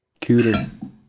cooter